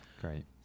Great